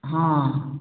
ହଁ